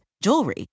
jewelry